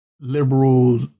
liberals